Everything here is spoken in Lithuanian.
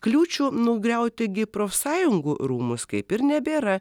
kliūčių nugriauti gi profsąjungų rūmus kaip ir nebėra